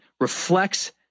reflects